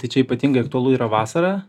tai čia ypatingai aktualu yra vasarą